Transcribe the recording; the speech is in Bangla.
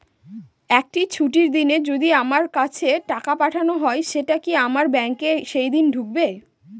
একটি ছুটির দিনে যদি আমার কাছে টাকা পাঠানো হয় সেটা কি আমার ব্যাংকে সেইদিন ঢুকবে?